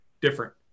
different